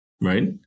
right